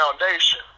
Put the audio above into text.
foundation